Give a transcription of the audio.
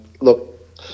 Look